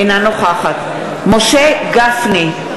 אינה נוכחת משה גפני,